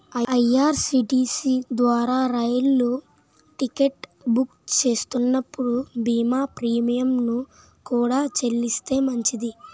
IRCTC ద్వారా రైలు ticket book చేస్తున్నప్పుడు బీమా ప్రీమియంను కూడా చెల్లిస్తే మంచిది